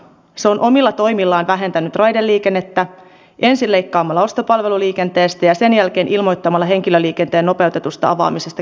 se on omilla toimillaan vähentänyt raideliikennettä ensin leikkaamalla ostopalveluliikenteestä ja sen jälkeen ilmoittamalla henkilöliikenteen nopeutetusta avaamisesta kilpailulle